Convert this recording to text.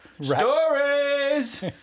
Stories